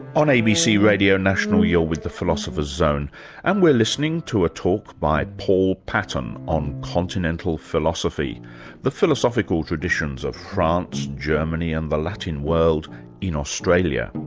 on abc radio national, you're with the philosopher's zone and we're listening to a talk by paul patton, on continental philosophy the philosophical traditions of france, germany, and the latin world in australia.